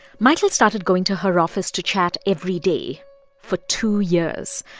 michael started going to her office to chat every day for two years.